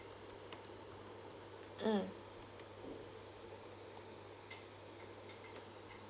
mm